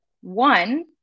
One